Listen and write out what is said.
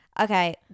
Okay